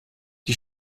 die